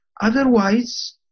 Otherwise